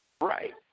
Right